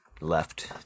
left